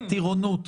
טירונות,